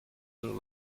and